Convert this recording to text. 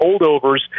holdovers